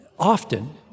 Often